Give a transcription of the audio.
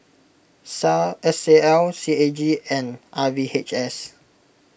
Sal S A L C A G and R V H S